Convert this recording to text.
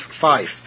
five